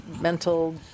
mental